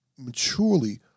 maturely